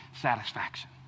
satisfaction